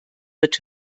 wird